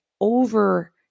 over